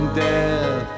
death